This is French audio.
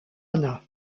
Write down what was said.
ana